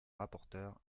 rapporteure